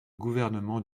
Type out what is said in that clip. gouvernement